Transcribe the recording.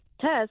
test